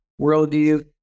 worldview